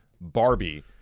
Barbie